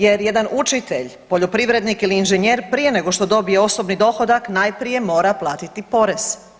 Jer jedan učitelj, poljoprivrednik ili inženjer prije nego što dobije osobni dohodak najprije mora platiti porez.